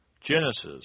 Genesis